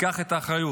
ייקח את האחריות.